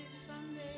Sunday